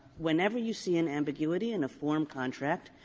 whenever you see an ambiguity in a form contract,